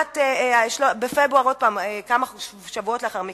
בפברואר, כמה שבועות לאחר מכן: